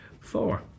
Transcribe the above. Four